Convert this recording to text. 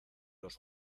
los